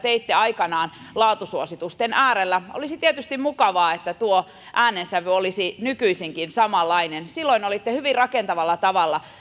teitte aikanaan hallituspuolueen edustajana laatusuositusten äärellä niin olisi tietysti mukavaa että tuo äänensävy olisi nykyisinkin samanlainen silloin olitte hyvin rakentavalla tavalla